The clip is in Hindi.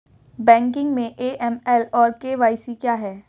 बैंकिंग में ए.एम.एल और के.वाई.सी क्या हैं?